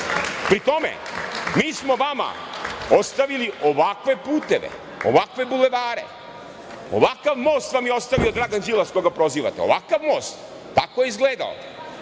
tome, mi smo vama ostavili ovakve puteve, ovakve bulevare. Ovakav most vam je ostavio Dragan Đilas koga prozivate. Tako je izgledao.